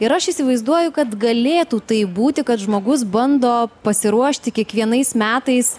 ir aš įsivaizduoju kad galėtų taip būti kad žmogus bando pasiruošti kiekvienais metais